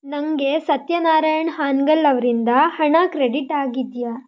ನನಗೆ ಸತ್ಯನಾರಾಯಣ್ ಹಾನ್ಗಲ್ ಅವರಿಂದ ಹಣ ಕ್ರೆಡಿಟ್ ಆಗಿದೆಯಾ